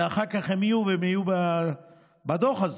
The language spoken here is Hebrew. ואחר כך הם יהיו בדוח הזה.